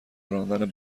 راندن